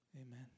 Amen